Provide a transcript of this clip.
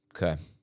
Okay